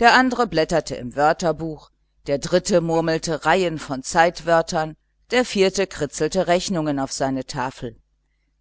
der andere blätterte im lexikon der dritte murmelte reihen von zeitwörtern der vierte kritzelte rechnungen auf seine tafel